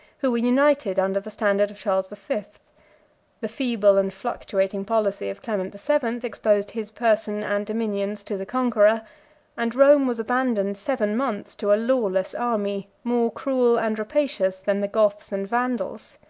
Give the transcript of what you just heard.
who were united under the standard of charles the fifth the feeble and fluctuating policy of clement the seventh exposed his person and dominions to the conqueror and rome was abandoned seven months to a lawless army, more cruel and rapacious than the goths and vandals.